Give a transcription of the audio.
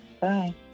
Bye